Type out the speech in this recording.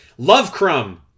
Lovecrumb